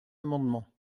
amendement